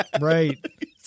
Right